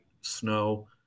snow